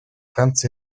ганц